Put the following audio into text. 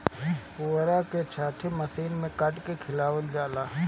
पुअरा के छाटी मशीनी में काट के पशु के खियावल जाला